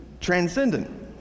transcendent